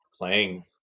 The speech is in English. playing